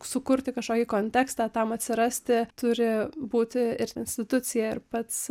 sukurti kažkokį kontekstą tam atsirasti turi būti ir institucija ir pats